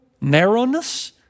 narrowness